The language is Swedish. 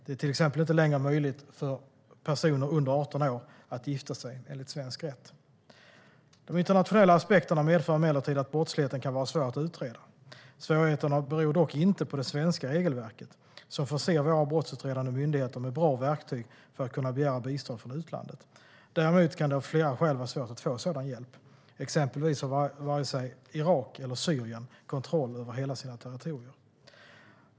Det är till exempel inte längre möjligt för personer under 18 år att gifta sig enligt svensk rätt. De internationella aspekterna medför emellertid att brottsligheten kan vara svår att utreda. Svårigheterna beror dock inte på det svenska regelverket, som förser våra brottsutredande myndigheter med bra verktyg för att kunna begära bistånd från utlandet. Däremot kan det av flera skäl vara svårt att få sådan hjälp. Exempelvis har varken Irak eller Syrien kontroll över hela sina territorier.